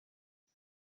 پیش